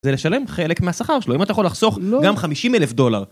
זה לשלם חלק מהשכר שלו, אם אתה יכול לחסוך גם 50 אלף דולר.